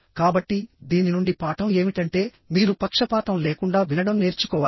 కాబట్టి దీని నుండి పాఠం ఏమిటంటే మీరు పక్షపాతం లేకుండా వినడం నేర్చుకోవాలి